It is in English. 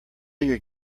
your